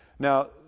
Now